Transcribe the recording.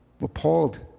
appalled